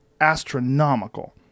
astronomical